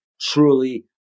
truly